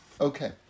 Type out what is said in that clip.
Okay